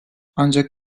ancak